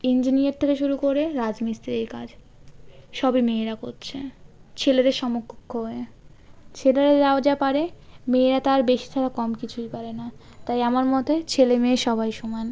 engineer থেকে শুরু করে রাজমিস্ত্রির কাজ সবই মেয়েরা করছে ছেলেদের সমকক্ষ হয়ে ছেলেরা যাও যা পারে মেয়েরা তার বেশি ছাড়া কম কিছুই পারে না তাই আমার মতে ছেলে মেয়ে সবাই সমান